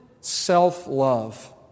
self-love